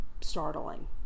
startling